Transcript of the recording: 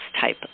type